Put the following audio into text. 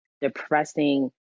depressing